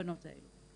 הקורבנות האלה.